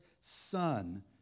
son